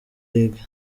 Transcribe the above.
league